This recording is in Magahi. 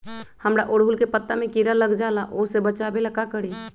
हमरा ओरहुल के पत्ता में किरा लग जाला वो से बचाबे ला का करी?